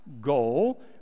Goal